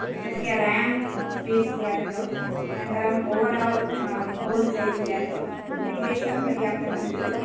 एतस्य RAM space स्यात् अनन्तरं ओवर् आल् बोर्ड् सैज़् स्यात् यथेष्टं पर्याप्तं अस्ति